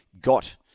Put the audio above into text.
got